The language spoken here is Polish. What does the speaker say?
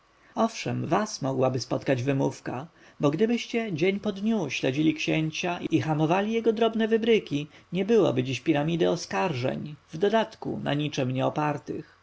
owszem was mogłaby spotkać wymówka bo gdybyście dzień po dniu śledzili księcia i hamowali jego drobne wybryki nie byłoby dziś piramidy oskarżeń w dodatku na niczem nie opartych